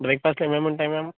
బ్రేక్ఫాస్ట్లో ఏమేమి ఉంటాయి మ్యామ్